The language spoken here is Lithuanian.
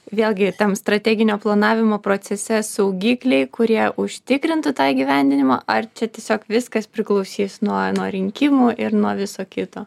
vėlgi tam strateginio planavimo procese saugikliai kurie užtikrintų tą įgyvendinimą ar čia tiesiog viskas priklausys nuo nuo rinkimų ir nuo viso kito